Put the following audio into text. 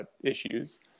issues